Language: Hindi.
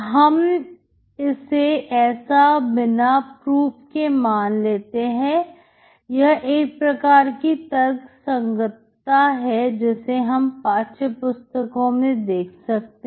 हम इसे ऐसा बिना प्रूफ के मान लेते हैं यह एक प्रकार की तर्गसंगतता है जिसे हम पाठ्य पुस्तकों में देख सकते हैं